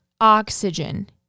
oxygen